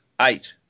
eight